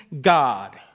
God